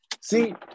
See